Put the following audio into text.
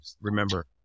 remember